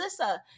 Alyssa